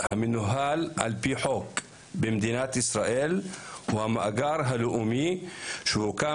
המנוהל על פי חוק במדינת ישראל הוא המאגר הלאומי שהוקם